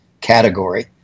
category